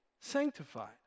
sanctified